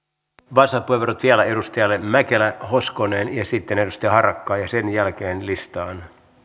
vastauspuheenvuorot vielä edustajille mäkelä hoskonen ja sitten edustaja harakalle sen jälkeen listaan arvoisa puhemies